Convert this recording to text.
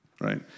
right